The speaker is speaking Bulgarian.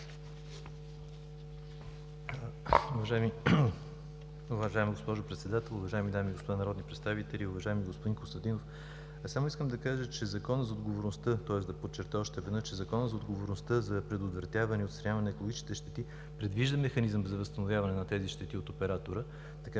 Уважаема госпожо Председател, уважаеми дами и господа народни представители, уважаеми господин Костадинов! Само искам да подчертая още веднъж, че Законът за отговорността за предотвратяване и отстраняване на екологичните щети предвижда механизъм за възстановяване на тези щети от оператора, тоест